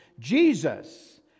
Jesus